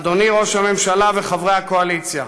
אדוני ראש הממשלה וחברי הקואליציה,